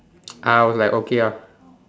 I was like okay ah